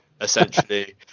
essentially